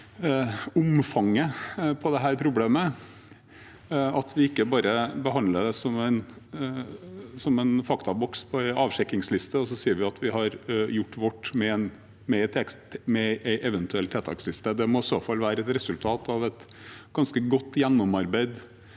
omfanget av dette problemet at vi ikke bare behandler det som en faktaboks på en avsjekkingsliste, og så sier vi at vi har gjort vårt med en eventuell tiltaksliste. Det må i så fall være et resultat av et ganske godt gjennomarbeidet